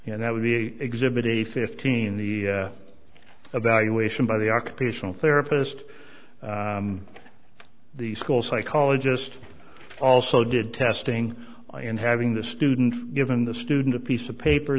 and that would be exhibit a fifteen the a valuation by the occupational therapist the school psychologist also did testing in having the students given the student a piece of paper